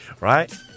right